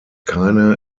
keine